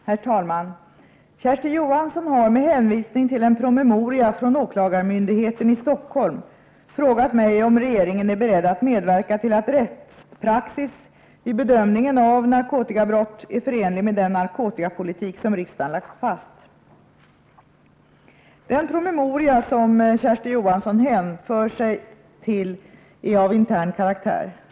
Herr talman! Kersti Johansson har — med hänvisning till en promemoria från åklagarmyndigheten i Stockholm — frågat mig om regeringen är beredd att medverka till att rättspraxis vid bedömningen av narkotikabrott är förenlig med den narkotikapolitik som riksdagen lagt fast. Den promemoria som Kersti Johansson åberopar sig på är av intern karaktär.